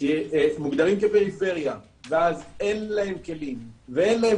שמוגדרים כפריפריה ואז אין להם כלים ואין להם